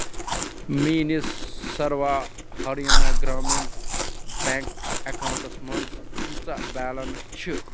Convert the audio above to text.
میٛٲنِس سَروا ہریانہ گرٛامیٖن بٮ۪نٛک اٮ۪کاوُنٛٹَس منٛز کۭژاہ بیلَنٕس چھِ